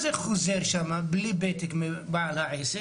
הוא חוזר בלי פתק מבעל העסק,